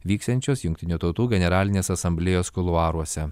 vyksiančios jungtinių tautų generalinės asamblėjos kuluaruose